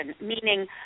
meaning